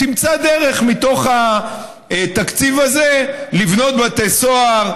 תמצא דרך מתוך התקציב הזה לבנות בתי סוהר,